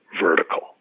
vertical